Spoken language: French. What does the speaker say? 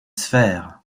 sphères